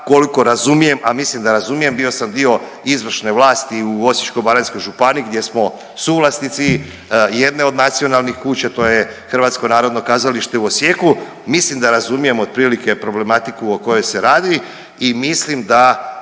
a mislim da razumijem bio sam dio izvršne vlasti u Osječko-baranjskoj županiji gdje smo suvlasnici jedne od nacionalnih kuća to je Hrvatsko narodno kazalište u Osijeku, mislim da razumijem otprilike problematiku o kojoj se radi i mislim da